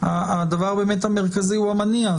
הדבר המרכזי הוא המניע.